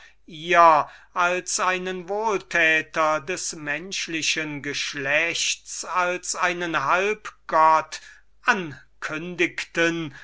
nachwelt als einen wohltäter des menschlichen geschlechts als einen halb gott ankündigen